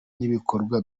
n’ibikorwa